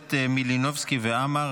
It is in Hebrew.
הכנסת מלינובסקי ועמאר,